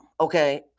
Okay